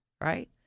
right